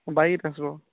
ହଁ ବାଇକ୍ରେ ଆସିବ